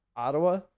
Ottawa